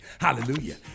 Hallelujah